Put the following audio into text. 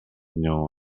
nią